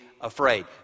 afraid